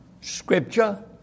Scripture